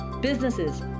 businesses